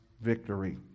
victory